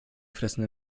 fressen